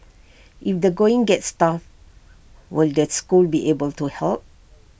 if the going gets tough will the school be able to help